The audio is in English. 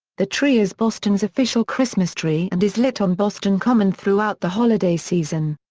the tree is boston's official christmas tree and is lit on boston common throughout the holiday season.